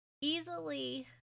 easily